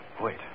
Wait